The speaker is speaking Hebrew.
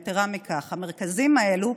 יתרה מזו, במרכזיים האלה,